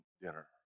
dinner